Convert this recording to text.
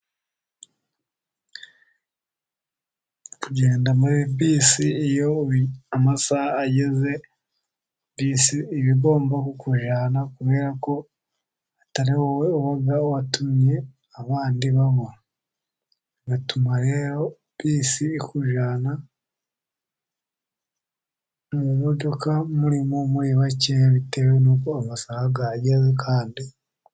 Kugenda muri bisi iyo amasaha ageze, bisi iba igomba kukujyana kubera ko atari wowe watumye abandi babura. Bituma rero bisi ikujyana, mu modoka murimo muri bake, bitewe nuko amasaha yageze kandi...